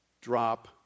Drop